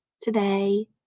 today